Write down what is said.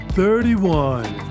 thirty-one